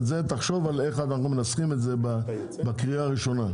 תחשוב על איך אנחנו מנסחים את זה בקריאה הראשונה.